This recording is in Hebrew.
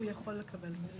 הוא יכול לקבל.